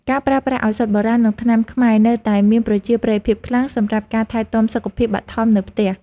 ការប្រើប្រាស់ឱសថបុរាណ និងថ្នាំខ្មែរនៅតែមានប្រជាប្រិយភាពខ្លាំងសម្រាប់ការថែទាំសុខភាពបឋមនៅផ្ទះ។